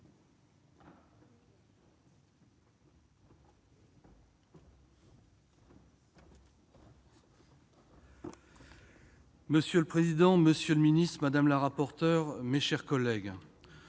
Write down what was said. Monsieur le président, monsieur le ministre, madame le rapporteur, mes chers collègues,